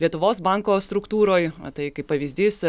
lietuvos banko struktūroj tai kaip pavyzdys